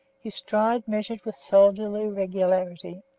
his stride measured with soldierly regularity.